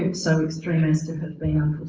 and so extremist to have been um